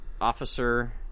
officer